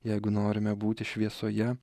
jeigu norime būti šviesoje